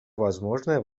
возможное